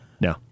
No